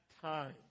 time